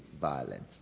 violence